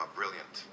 brilliant